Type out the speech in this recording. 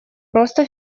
просто